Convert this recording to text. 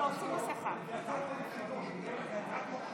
שלוש ההצבעות נפרדות ממילא.